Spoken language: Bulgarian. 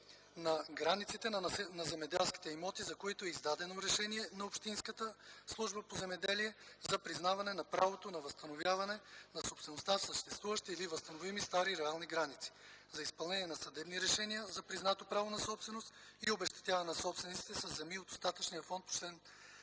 на границите на земеделските имоти, за които е издадено решение на общинската служба по земеделие за признаване правото на възстановяване на собствеността в съществуващи или възстановими стари реални граници, за изпълнение на съдебни решения за признато право на собственост и обезщетяване на собствениците със земи от остатъчния фонд по чл.